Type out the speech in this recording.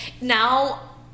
now